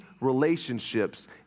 relationships